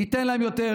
ניתן להם יותר,